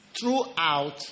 Throughout